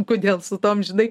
kodėl su tom žinai